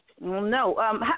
No